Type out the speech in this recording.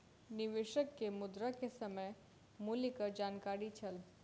निवेशक के मुद्रा के समय मूल्यक जानकारी छल